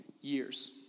years